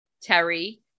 terry